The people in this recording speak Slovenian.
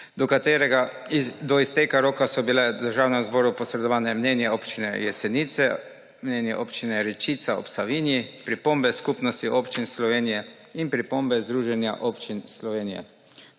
Do izteka roka so bile Državnemu zboru posredovana mnenja občine Jesenice, občine Rečica ob Savinji, pripombe Skupnosti občin Slovenije in pripombe Združenja občin Slovenije.